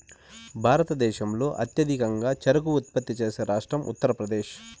భారతదేశంలో అత్యధికంగా చెరకు ఉత్పత్తి చేసే రాష్ట్రం ఉత్తరప్రదేశ్